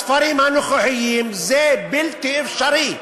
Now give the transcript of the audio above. בספרים הנוכחיים, זה בלתי אפשרי.